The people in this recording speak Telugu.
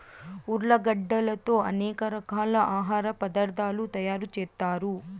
ఉర్లగడ్డలతో అనేక రకాల ఆహార పదార్థాలు తయారు చేత్తారు